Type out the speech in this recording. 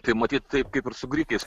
tai matyt taip kaip ir su grikiais